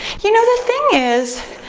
you know, the thing is,